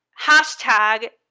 hashtag